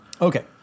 Okay